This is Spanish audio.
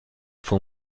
fue